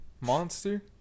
monster